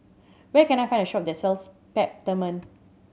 where can I find a shop that sells Peptamen